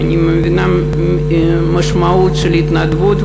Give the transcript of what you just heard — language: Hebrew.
אני מבינה את המשמעות של התנדבות,